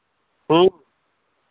ᱦᱮᱸ